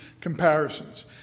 comparisons